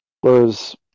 Whereas